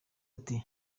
ati